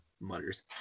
mutters